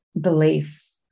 belief